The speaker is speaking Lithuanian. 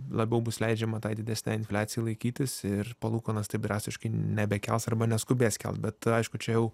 labiau bus leidžiama tai didesnei infliacijai laikytis ir palūkanas taip drastiškai nebekels arba neskubės kelt bet aišku čia jau